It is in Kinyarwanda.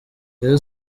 rayon